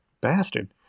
bastard